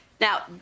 Now